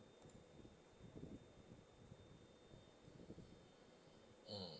mmhmm